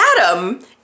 Adam